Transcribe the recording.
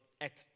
act